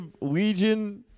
legion